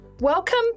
Welcome